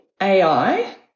AI